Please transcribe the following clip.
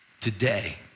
today